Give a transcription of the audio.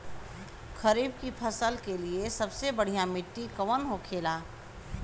खरीफ की फसल के लिए सबसे बढ़ियां मिट्टी कवन होखेला?